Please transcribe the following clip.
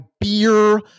beer